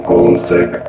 Homesick